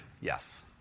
yes